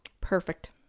perfect